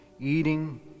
eating